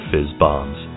FizzBombs